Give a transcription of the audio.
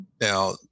Now